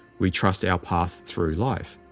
we trust our path through life.